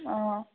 অঁ